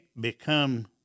become